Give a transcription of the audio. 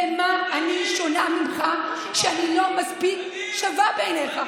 במה אני שונה ממך שאני לא מספיק שווה בעיניך?